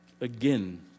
again